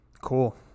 cool